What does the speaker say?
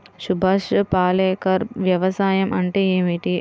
సుభాష్ పాలేకర్ వ్యవసాయం అంటే ఏమిటీ?